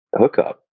hookup